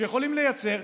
שיכולים לייצר,